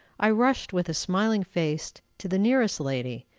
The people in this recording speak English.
i rushed, with a smiling face, to the nearest lady,